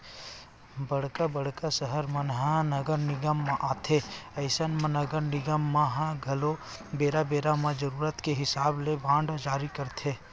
बड़का बड़का सहर मन ह नगर निगम मन म आथे अइसन म नगर निगम मन ह घलो बेरा बेरा म जरुरत के हिसाब ले बांड जारी करथे